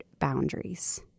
boundaries